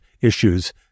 issues